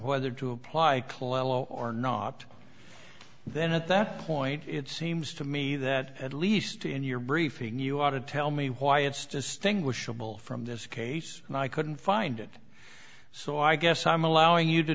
whether to apply cologne or not then at that point it seems to me that at least in your briefing you ought to tell me why it's distinguishable from this case and i couldn't find it so i guess i'm allowing you to